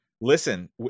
Listen